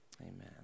Amen